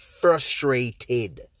frustrated